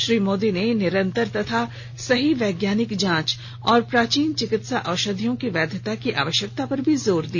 श्री मोदी ने निरंतर तथा सही वैज्ञानिक जांच और प्राचीन चिकित्सा औषधियों की वैधता की आवश्यकता पर भी जोर दिया